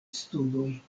studoj